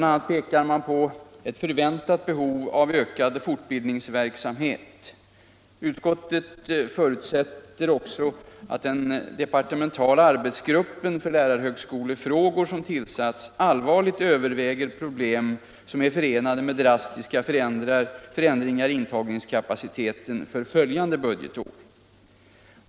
a. pekar man på ett förväntat behov av ökad fortbildningsverksamhet. Utskottet förutsätter också att den departementala arbetsgruppen för lärarhögskolefrågor som tillsatts allvarligt överväger problem som är förenade med drastiska förändringar i intagningskapaciteten för följande budgetår.